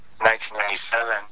1997